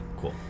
Cool